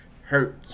hurt